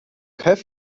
have